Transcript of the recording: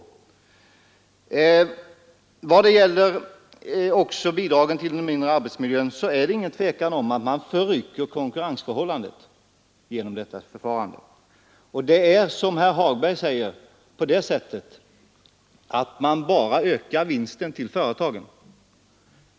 I vad gäller bidragen till den inre arbetsmiljön är det inget tvivel om att man förrycker konkurrensförhållandet genom detta förfarande. Det är, som herr Hagberg säger, så att man bara ökar vinsten för företaget.